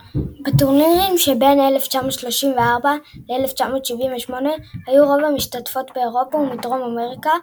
בטורנירים שבין 1934 ל-1978 היו רוב המשתתפות מאירופה ומדרום אמריקה,